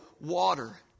water